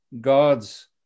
God's